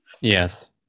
Yes